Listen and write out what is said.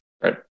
Right